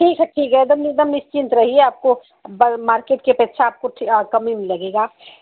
ठीक है ठीक है एकदम एकदम निश्चिंत रहिए आपको बल मार्केट की अपेक्षा आपको कुछ कम ही में लगेगा